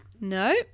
No